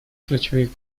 ключевых